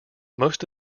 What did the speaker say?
most